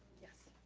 yes.